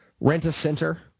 Rent-a-center